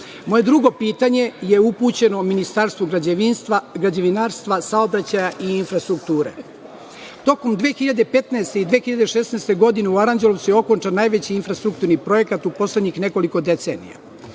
drugo pitanje je upućeno Ministarstvu građevinarstva, saobraćaja i infrastrukture. Tokom 2015. godine i 2016. godine u Aranđelovcu je okončan najveći infrastrukturni projekat u poslednjih nekoliko decenija.